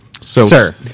sir